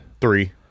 Three